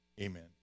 Amen